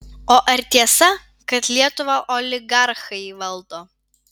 o ar tiesa kad lietuvą oligarchai valdo